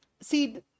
See